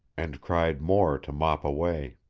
and cried more to mop away.